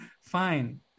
fine